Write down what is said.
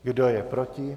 Kdo je proti?